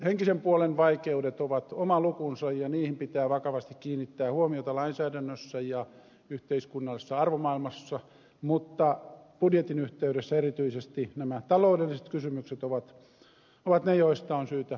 henkisen puolen vaikeudet ovat oma lukunsa ja niihin pitää vakavasti kiinnittää huomiota lainsäädännössä ja yhteiskunnallisessa arvomaailmassa mutta budjetin yhteydessä erityisesti nämä taloudelliset kysymykset ovat ne joista on syytä puhua